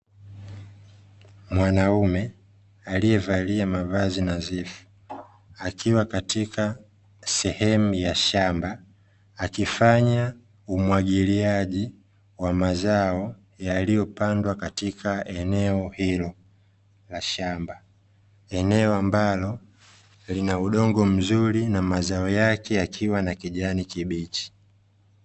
Mwanaume alievalia mavazi nadhifu akiwa katika sehemu ya shamba, akifanya umwagiliaji wa mazao yaliyopandwa katika eneo hilo la shamba, eneo ambalo linaudongo mzuri na mazao yake yakiwa na kijani kibichi